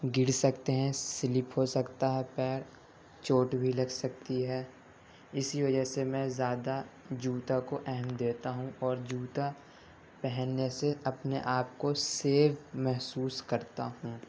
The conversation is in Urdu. گر سکتے ہیں سلپ ہو سکتا ہے پیر چوٹ بھی لگ سکتی ہے اسی وجہ سے میں زیادہ جوتا کو اہم دیتا ہوں اور جوتا پہننے سے اپنے آپ کو سیف محسوس کرتا ہوں